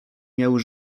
miały